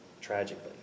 tragically